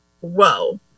whoa